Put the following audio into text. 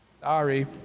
Sorry